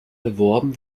beworben